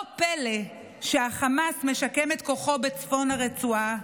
לא פלא שהחמאס משקם את כוחו בצפון הרצועה.